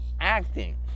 acting